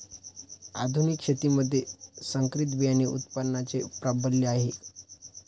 आधुनिक शेतीमध्ये संकरित बियाणे उत्पादनाचे प्राबल्य आहे